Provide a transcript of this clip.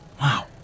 Wow